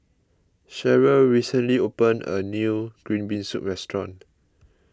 Cherelle recently opened a new Green Bean Soup restaurant